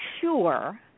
sure